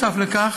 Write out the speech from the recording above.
נוסף לכך,